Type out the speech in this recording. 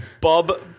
bob